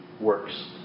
works